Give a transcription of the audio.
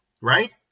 right